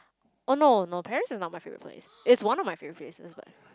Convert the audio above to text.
oh no no Paris is not my favourite place it's one of my favourite places but